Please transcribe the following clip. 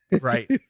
right